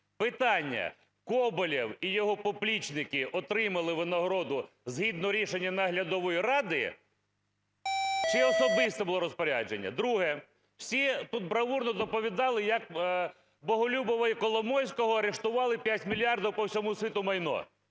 Питання: Коболєв і його поплічники отримали винагороду згідно рішення наглядової ради чи особисте було розпорядження? Друге. Всі тут бравурно доповідали, як Боголюбова і Коломойського арештували 5 мільярдів по всьому світу майно.